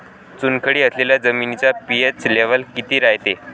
चुनखडी असलेल्या जमिनीचा पी.एच लेव्हल किती रायते?